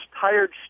tired